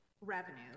revenue